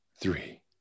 three